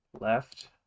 left